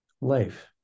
life